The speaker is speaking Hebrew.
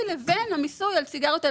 לא תמצאו סיגריות,